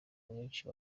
benshi